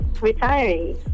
retiring